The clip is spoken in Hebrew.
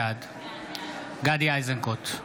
בעד גדי איזנקוט,